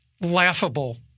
Laughable